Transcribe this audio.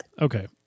Okay